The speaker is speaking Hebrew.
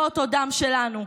לא אותו דם שלנו,